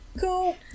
Cool